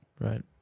Right